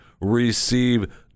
receive